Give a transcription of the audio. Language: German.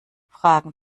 fragen